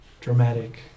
dramatic